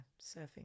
surfing